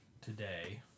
today